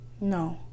No